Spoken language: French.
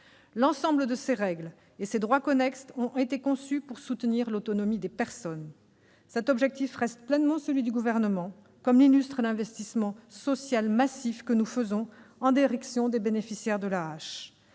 L'ensemble de ces règles et de ces droits connexes ont été conçus pour soutenir l'autonomie des personnes. Cet objectif reste pleinement celui du Gouvernement, comme l'illustre l'investissement social massif que nous faisons en direction des bénéficiaires de l'AAH.